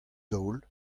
daol